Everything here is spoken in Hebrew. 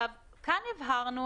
כאן הבהרנו